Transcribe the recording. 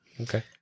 okay